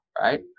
right